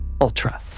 Ultra